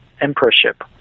emperorship